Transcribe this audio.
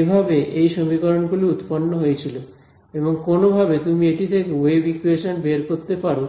এভাবে এই সমীকরণগুলি উৎপন্ন হয়েছিল এবং কোনওভাবে তুমি এটি থেকে ওয়েভ ইকুয়েশন বের করতে পারো